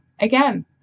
again